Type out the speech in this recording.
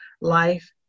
life